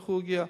יצטרכו להגיע.